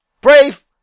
Brave